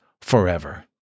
forever